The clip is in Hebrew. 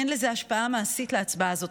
אין השפעה מעשית להצבעה הזאת,